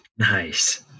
Nice